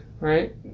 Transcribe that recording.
Right